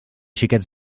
xiquets